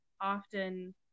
often